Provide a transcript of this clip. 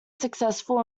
successful